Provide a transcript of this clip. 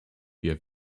wir